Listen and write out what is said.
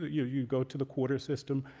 you you go to the quarter system.